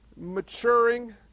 maturing